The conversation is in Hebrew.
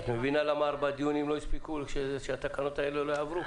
את מבינה למה ארבעה דיונים לא הספיקו כדי שהתקנות האלה יעברו?